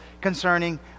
concerning